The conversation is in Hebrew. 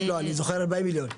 לא, אני זוכר 40 מיליון.